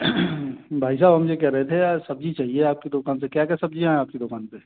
भाई साहब हम ये कह रहे थे यार सब्ज़ी चाहिए आपकी दुकान से क्या क्या सब्ज़ियाँ हैं आपकी दुकान पे